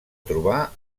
trobar